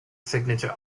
signature